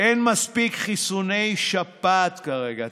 אין מספיק חיסוני שפעת כרגע.